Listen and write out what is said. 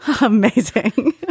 Amazing